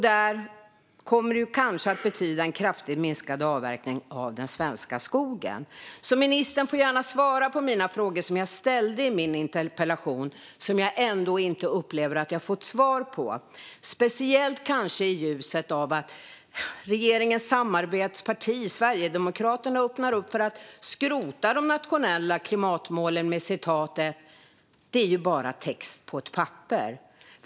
Det kommer kanske att betyda en kraftigt minskad avverkning av den svenska skogen. Ministern får gärna svara på de frågor som jag har ställt i min interpellation och som jag upplever att jag inte har fått svar på, speciellt kanske i ljuset av att regeringens samarbetsparti Sverigedemokraterna öppnar upp för att skrota de nationella klimatmålen genom att säga: Det är ju bara text på ett papper.